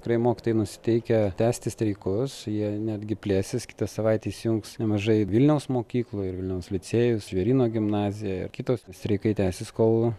tikrai mokytojai nusiteikę tęsti streikus jie netgi plėsis kitą savaitę įsijungs nemažai ir vilniaus mokyklų ir vilniaus licėjus žvėryno gimnazija ir kitos streikai tęsis kol